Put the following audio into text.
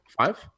five